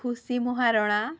ଖୁସି ମହାରଣା